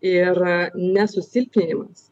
ir ne susilpnėjimas